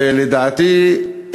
ולדעתי,